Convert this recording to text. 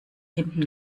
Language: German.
hinten